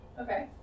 Okay